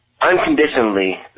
unconditionally